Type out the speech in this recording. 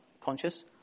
conscious